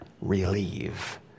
relieve